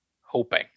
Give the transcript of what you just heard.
hoping